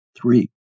Three